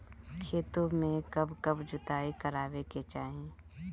खेतो में कब कब जुताई करावे के चाहि?